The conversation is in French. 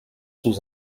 sous